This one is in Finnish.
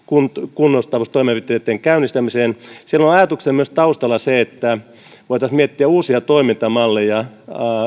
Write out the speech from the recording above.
kunnostamistoimenpiteitten käynnistämiseen ajatuksena taustalla on myös se että voitaisiin miettiä uusia toimintamalleja